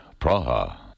Praha